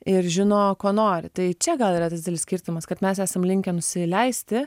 ir žino ko nori tai čia gal yra didelis skirtumas kad mes esam linkę nusileisti